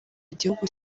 igihugu